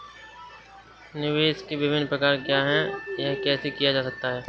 निवेश के विभिन्न प्रकार क्या हैं यह कैसे किया जा सकता है?